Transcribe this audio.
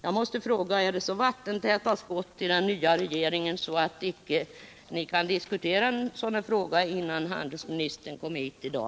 Jag måste då fråga: Är det så vattentäta skott mellan medlemmarna i den nya regeringen att ni inte ens kunnat diskutera en sådan fråga innan handelsministern kom hit i dag?